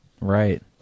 right